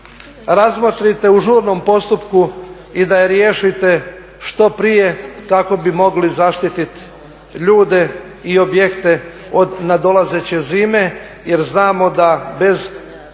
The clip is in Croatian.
razmotrite u žurnom postupku i da je riješite što prije kako bi mogli zaštitit ljude i objekte od nadolazeće zime, jer znamo da bez